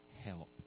help